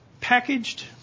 packaged